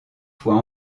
fois